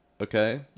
Okay